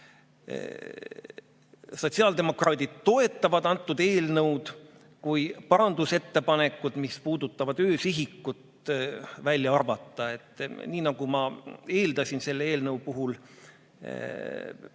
sotsiaaldemokraadid toetavad eelnõu, kui parandusettepanekud, mis puudutavad öösihikut, välja arvata. Nii nagu ma eeldasin selle eelnõu puhul,